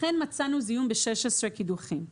אכן מצאנו זיהום ב-16 קידוחים.